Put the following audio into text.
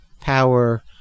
power